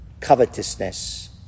covetousness